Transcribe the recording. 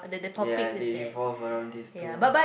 ya they evolve around this two